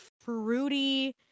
fruity